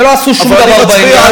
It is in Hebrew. ולא עשו שום דבר בעניין,